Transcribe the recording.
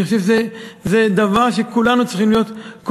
אני חושב שזה דבר שכולנו צריכים לכאוב.